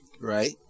Right